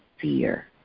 fear